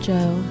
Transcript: Joe